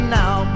now